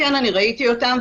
כן ראיתי אותם,